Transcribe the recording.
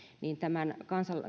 niin tämän